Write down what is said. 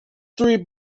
three